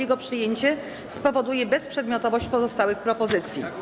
Jego przyjęcie spowoduje bezprzedmiotowość pozostałych propozycji.